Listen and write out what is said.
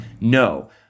No